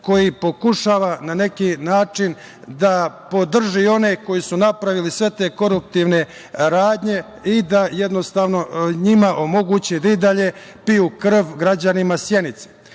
koji pokušava na neki način da podrži one koji su napravili sve te koruptivne radnje i da jednostavno njima omoguće da i dalje piju krv građanima Sjenice.